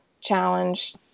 challenge